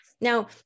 Now